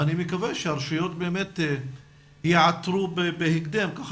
ואני מקווה שהרשויות באמת ייעתרו בהקדם כך